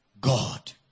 God